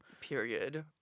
Period